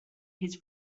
his